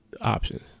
options